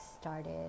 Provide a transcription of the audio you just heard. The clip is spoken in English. started